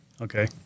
Okay